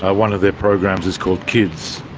ah one of their programs is called kids,